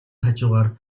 хажуугаар